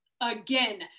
again